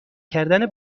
کردن